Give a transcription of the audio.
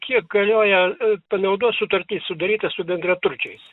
kiek galioja i panaudos sutartis sudaryta su bendraturčiais